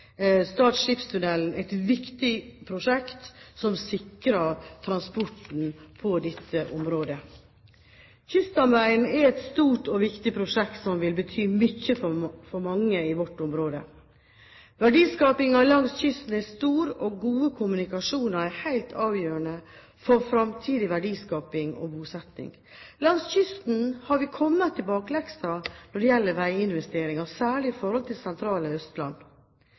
Stad skipstunnel et viktig prosjekt som sikrer transporten på dette området. Kyststamveien er et stort og viktig prosjekt som vil bety mye for mange i vårt område. Verdiskapingen langs kysten er stor, og gode kommunikasjoner er helt avgjørende for fremtidig verdiskaping og bosetning. Langs kysten har vi kommet i bakleksa når det gjelder veiinvesteringer, særlig i forhold til det sentrale